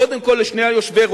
קודם כול, לשני היושבים-ראש,